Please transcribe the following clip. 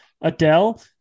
Adele